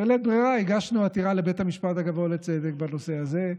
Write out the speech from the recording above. בלית ברירה הגשנו עתירה לבית המשפט הגבוה לצדק בנושא הזה.